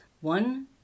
One